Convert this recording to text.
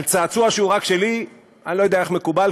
על צעצוע שהוא "רק שלי" אני לא יודע איך מקובל,